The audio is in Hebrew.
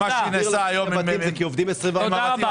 מה שנעשה היום --- תסביר לו שעובדים 24 --- תודה רבה.